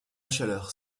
chaleur